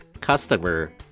customer